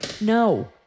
No